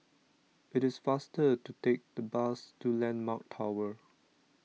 it is faster to take the bus to Landmark Tower